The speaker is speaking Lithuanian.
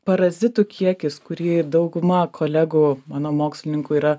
parazitų kiekis kurį dauguma kolegų mano mokslininkų yra